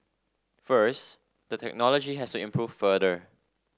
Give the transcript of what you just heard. first the technology has to improve further